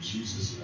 Jesus